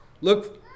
Look